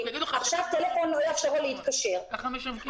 עכשיו לא יאפשרו גם להתקשר בטלפון.